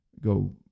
go